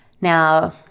Now